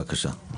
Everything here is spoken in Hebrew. בבקשה.